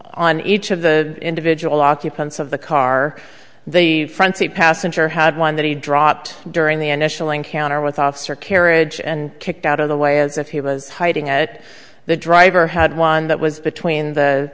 on each of the individual occupants of the car the front seat passenger had one that he dropped during the initial encounter with officer kerridge and kicked out of the way as if he was hiding at the driver had one that was between the